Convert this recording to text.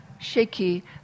shaky